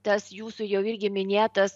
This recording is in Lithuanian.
tas jūsų jau irgi minėtas